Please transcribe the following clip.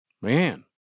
Man